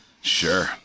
Sure